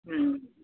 ହୁଁ